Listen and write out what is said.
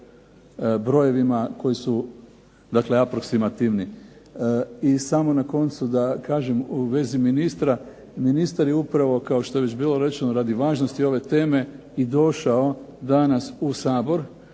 o brojevima koji su, dakle aproksimativni. I samo na koncu da kažem u vezi ministra. Ministar je upravo kao što je već bilo rečeno radi važnosti ove teme i došao danas u Sabor,